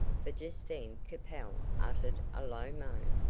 for just then capel uttered a low moan.